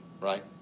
right